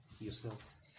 yourselves